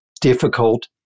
difficult